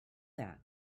that